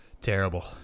Terrible